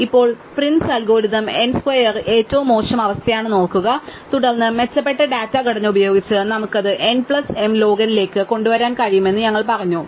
ഇപ്പോൾ Prim's algorithm n square ഏറ്റവും മോശം അവസ്ഥയാണെന്ന് ഓർക്കുക തുടർന്ന് മെച്ചപ്പെട്ട ഡാറ്റാ ഘടന ഉപയോഗിച്ച് നമുക്ക് അത് n plus m log n ലേക്ക് കൊണ്ടുവരാൻ കഴിയുമെന്ന് ഞങ്ങൾ പറഞ്ഞു